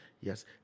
yes